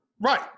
Right